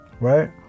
right